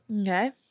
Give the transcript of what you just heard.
Okay